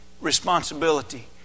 responsibility